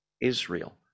Israel